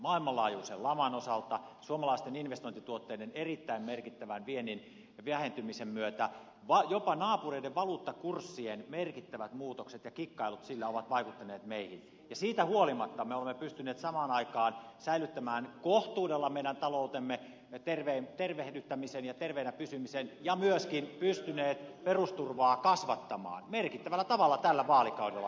maailmanlaajuisen laman tähden suomalaisten investointituotteiden erittäin merkittävä viennin vähentyminen jopa naapureiden valuuttakurs sien merkittävät muutokset ja kikkailut sillä ovat vaikuttaneet meihin mutta siitä huolimatta olemme pystyneet samaan aikaan säilyttämään kohtuudella meidän taloutemme tervehdyttämisen ja terveenä pysymisen ja myöskin pystyneet perusturvaa kasvattamaan merkittävällä tavalla tällä vaalikaudella